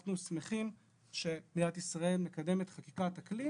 ואנחנו שמחים שמדינת ישראל מקדמת חקיקת אקלים.